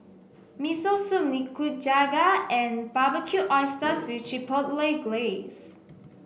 Miso Soup Nikujaga and Barbecued Oysters with Chipotle Glaze